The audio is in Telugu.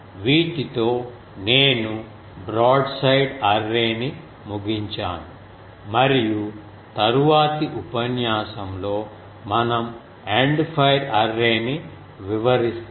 వీటితో నేను బ్రాడ్సైడ్ అర్రేని ముగించాను మరియు తరువాతి ఉపన్యాసం లో మనం ఎండ్ ఫైర్ అర్రేని వివరిస్తాను